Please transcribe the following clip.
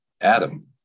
Adam